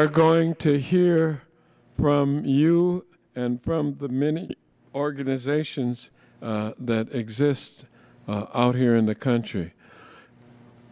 are going to hear from you and from the many organizations that exist out here in the country